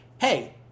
hey